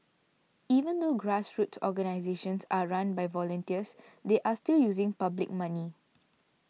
even though grassroots organisations are run by volunteers they are still using public money